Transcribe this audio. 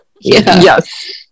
yes